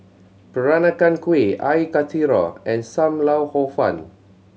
Peranakan Kueh Air Karthira and Sam Lau Hor Fun